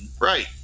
Right